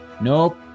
Nope